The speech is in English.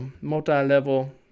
multi-level